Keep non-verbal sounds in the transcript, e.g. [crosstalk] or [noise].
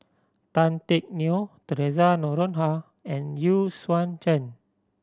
Tan Teck Neo Theresa Noronha and [unintelligible] Zhen